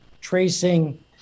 tracing